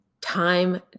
Time